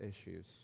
issues